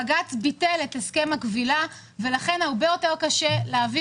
בג"ץ ביטל את הסכם הקבילה ולכן הרבה יותר קשה להביא